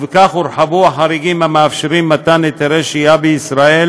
והורחבו בו החריגים המאפשרים מתן היתרי שהייה בישראל